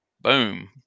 boom